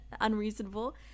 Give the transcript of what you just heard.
unreasonable